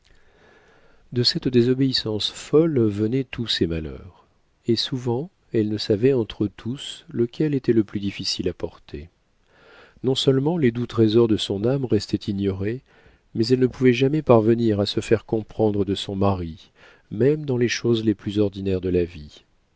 de cette désobéissance folle venaient tous ses malheurs et souvent elle ne savait entre tous lequel était le plus difficile à porter non-seulement les doux trésors de son âme restaient ignorés mais elle ne pouvait jamais parvenir à se faire comprendre de son mari même dans les choses les plus ordinaires de la vie